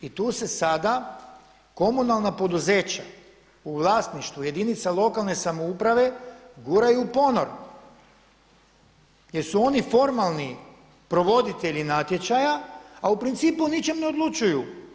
I tu se sada komunalna poduzeća u vlasništvu jedinica lokalne samouprave guraju u ponor, jer su oni formalni provoditelji natječaja a u principu o ničem ne odlučuju.